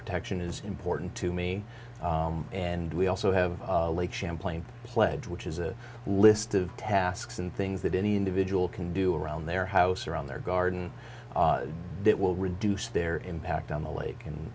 protection is important to me and we also have a lake champlain pledge which is a list of tasks and things that any individual can do around their house around their garden that will reduce their impact on the lake and